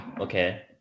okay